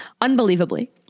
unbelievably